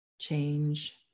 change